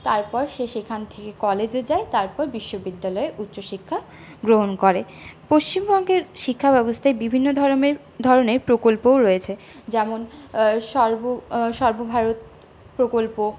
তারপর সে সেখান থেকে কলেজে যায় তারপর বিশ্ববিদ্যালয়ে উচ্চশিক্ষা গ্রহণ করে পশ্চিমবঙ্গের শিক্ষা ব্যবস্থায় বিভিন্ন ধরমের ধরনের প্রকল্পও রয়েছে যেমন সর্ব সর্বভারত প্রকল্প